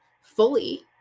fully